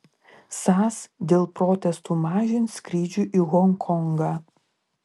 sas dėl protestų mažins skrydžių į honkongą